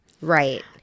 Right